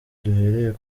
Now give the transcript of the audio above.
duhereye